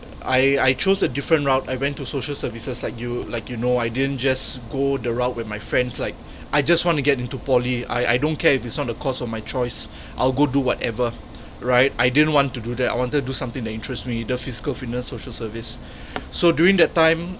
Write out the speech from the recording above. I I chose a different route I went to social services like you like you know I didn't just go the route with my friends like I just want to get into poly I I don't care if it's not the course of my choice I'll go do whatever right I didn't want to do that I wanted to do something that interests me the physical fitness social service so during that time